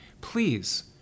please